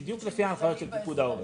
בדיוק לפי ההנחיות של פיקוד העורף.